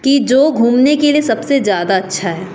कि जो घूमने के लिए सबसे ज़्यादा अच्छा है